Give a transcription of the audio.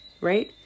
right